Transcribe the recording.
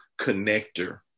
connector